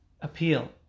appeal